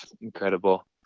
incredible